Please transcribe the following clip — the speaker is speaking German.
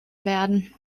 werden